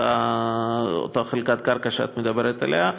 אותה חלקת קרקע שאת מדברת עליה.